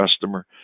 customer